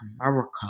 America